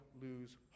lose